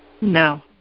No